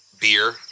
beer